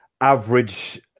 average